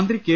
മന്ത്രി കെ